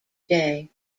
day